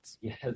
Yes